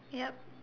yup